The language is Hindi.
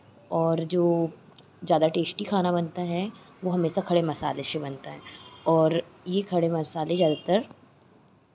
और जो ज़्यादा टेस्टी खाना बनता है वो हमेशा खरे मसाले से बनता है और ये खरे मसाले ज़्यादातर